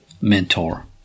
mentor